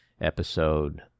episode